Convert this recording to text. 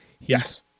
Yes